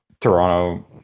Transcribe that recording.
Toronto